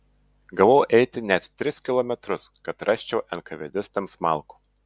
gavau eiti net tris kilometrus kad rasčiau enkavedistams malkų